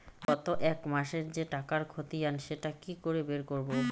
গত এক মাসের যে টাকার খতিয়ান সেটা কি করে বের করব?